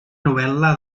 novel·la